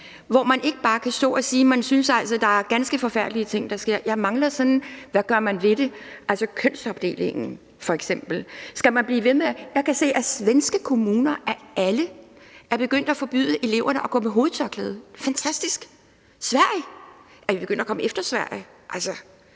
hvor man ikke bare kan stå og sige, at man altså synes, at der er ganske forfærdelige ting, der sker. Jeg mangler sådan: Hvad gør man ved det? Der er f.eks. kønsopdelingen. Skal man blive ved med det? Jeg kan se, at man i svenske kommuner – af alle – er begyndt at forbyde eleverne at gå med hovedtørklæde. Det er fantastisk – i Sverige! Er vi begyndt at komme efter Sverige? Så